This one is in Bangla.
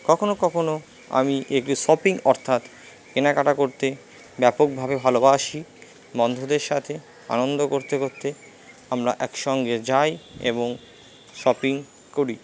কখনও কখনও আমি একটু শপিং অর্থাৎ কেনাকাটা করতে ব্যাপকভাবে ভালোবাসি বন্ধুদের সাথে আনন্দ করতে করতে আমরা একসঙ্গে যাই এবং শপিং করি